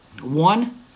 One